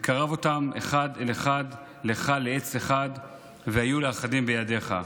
וקרב אֹתם אחד אל אחד לך לעץ אחד והיו לאחדים בידך".